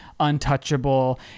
untouchable